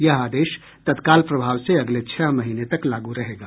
यह आदेश तत्काल प्रभाव से अगले छह महीने तक लागू रहेगा